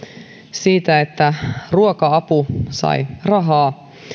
siitä että ruoka apu sai rahaa